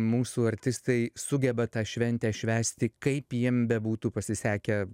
mūsų artistai sugeba tą šventę švęsti kaip jiem bebūtų pasisekę